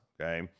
Okay